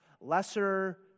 lesser